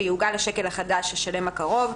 ויעוגל לשקל החדש השלם הקרוב,